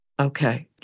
Okay